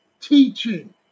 teaching